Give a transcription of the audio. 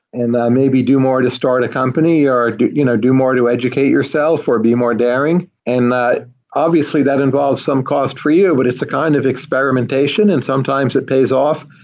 and that maybe do more to start a company, or do you know do more to educate yourself, or be more daring. and obviously, that involves some cost for you, but it's a kind of experimentation and sometimes it pays off,